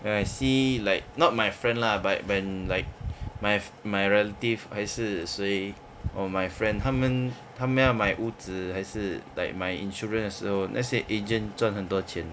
when I see like not my friend lah but when like my my relative 还是谁 or my friend 他们他们要买屋子还是 like 买 insurance 的时候那些 agent 赚很多钱